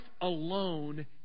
alone